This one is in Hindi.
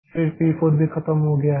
फिर पी 4 भी खत्म हो गया है